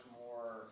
more